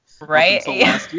Right